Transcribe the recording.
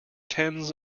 tens